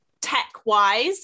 tech-wise